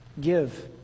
Give